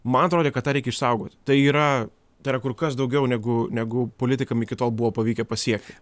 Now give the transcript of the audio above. man atrodė kad tą reikia išsaugot tai yra tai yra kur kas daugiau negu negu politikam iki tol buvo pavykę pasiekti